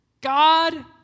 God